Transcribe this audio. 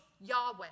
Yahweh